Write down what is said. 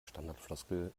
standardfloskel